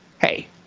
Hey